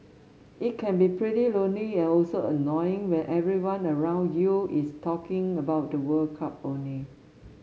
it can be pretty lonely and also annoying when everyone around you is talking about the World Cup only